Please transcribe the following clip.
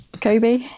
Kobe